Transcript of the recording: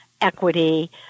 equity